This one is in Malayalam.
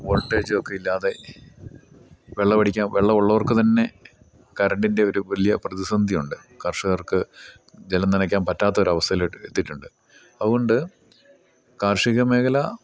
വോൾട്ടേജൊക്കെ ഇല്ലാതെ വെള്ളം അടിക്കാൻ വെള്ളം ഉള്ളർക്കുതന്നെ കറണ്ടിൻ്റെ ഒരു വലിയ പ്രതിസന്ധിയുണ്ട് കർഷകർക്ക് ജലം നനയ്ക്കാൻ പറ്റാത്തൊരവസ്ഥയിലോട്ട് എത്തിയിട്ടുണ്ട് അതുകൊണ്ട് കാർഷിക മേഖല